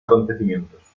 acontecimientos